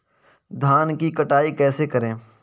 धान की कटाई कैसे करें?